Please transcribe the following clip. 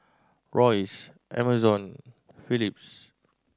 Royce Amazon Philips